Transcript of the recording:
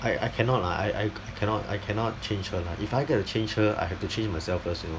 I I cannot lah I I cannot I cannot change her lah if I going to change her I have to change myself first you know